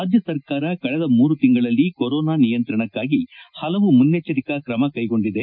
ರಾಜ್ಯ ಸರ್ಕಾರ ಕಳೆದ ಮೂರು ತಿಂಗಳಲ್ಲಿ ಕೊರೊನಾ ನಿಯಂತ್ರಣಕ್ಕಾಗಿ ಪಲವು ಮುನ್ನೆಚ್ಚರಿಕಾ ಕ್ರಮ ಕೈಗೊಂಡಿದೆ